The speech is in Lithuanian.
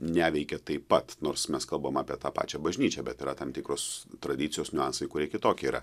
neveikia taip pat nors mes kalbam apie tą pačią bažnyčią bet yra tam tikros tradicijos niuansai kurie kitokie yra